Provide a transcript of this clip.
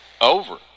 over